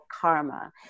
karma